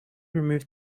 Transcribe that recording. removed